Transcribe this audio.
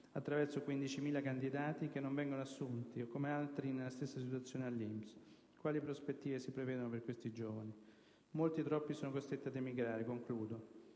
tra 15.000 candidati, che non vengono assunti, o come altri nella stessa situazione all'INPS. Quali prospettive si prevedono per questi giovani? Molti, troppi, sono costretti ad emigrare e per loro